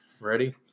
Ready